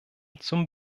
zum